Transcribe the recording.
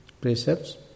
precepts